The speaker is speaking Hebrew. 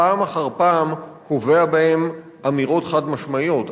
פעם אחר פעם קובע בהן אמירות חד-משמעיות.